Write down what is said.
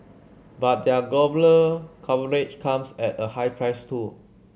but their global coverage comes at a high price too